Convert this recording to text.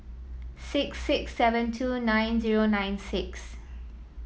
six six seven two nine zero nine six